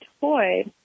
toy